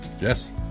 Yes